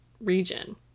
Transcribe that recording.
region